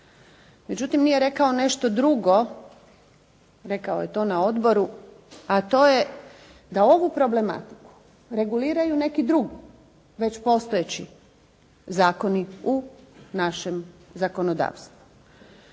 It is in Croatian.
Međutim, nije rekao nešto drugo, rekao je to na odboru, a to je da ovu problematiku reguliraju neki drugi već postojeći zakoni u našem zakonodavstvu.